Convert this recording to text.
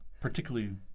particularly